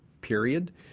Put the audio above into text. period